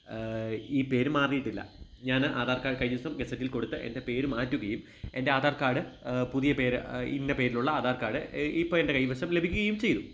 ഈ പേര് മാറിയിട്ടില്ല ഞാന് ആധാർ കാഡ് കഴിഞ്ഞ ദിവസം ഗസറ്റിൽ കൊടുത്ത് എൻ്റെ പേര് മാറ്റുകയും എൻ്റെ ആധാര് കാഡ് പുതിയ പേര് ഇന്ന പേരിലുള്ള ആധാർ കാഡ് ഇപ്പോള് എൻ്റെ കൈവശം ലഭിക്കുകയും ചെയ്തു